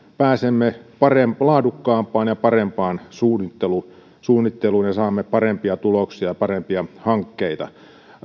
pääsemme laadukkaampaan ja parempaan suunnitteluun ja saamme parempia tuloksia ja parempia hankkeita